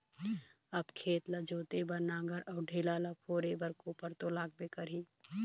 अब खेत ल जोते बर नांगर अउ ढेला ल फोरे बर कोपर तो लागबे करही